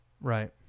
Right